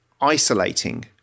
isolating